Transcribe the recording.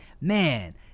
man